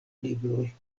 libroj